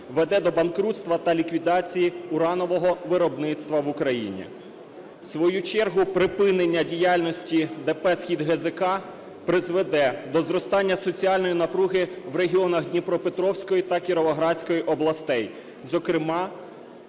веде до банкрутства та ліквідації уранового виробництва в Україні. У свою чергу припинення діяльності ДП "СхідГЗК" призведе до зростання соціальної напруги в регіонах Дніпропетровської та Кіровоградської областей, зокрема